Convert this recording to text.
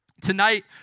Tonight